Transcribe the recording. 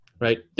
right